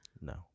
No